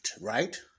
right